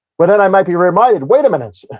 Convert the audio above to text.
but then i might be reminded, wait a minute,